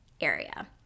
area